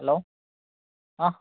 hello ആ